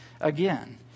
again